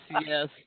yes